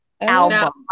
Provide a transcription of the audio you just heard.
album